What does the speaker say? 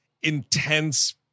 intense